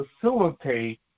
facilitate